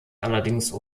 allerdings